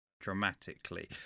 dramatically